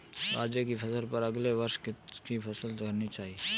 बाजरे की फसल पर अगले वर्ष किसकी फसल करनी चाहिए?